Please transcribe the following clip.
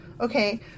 Okay